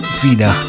vida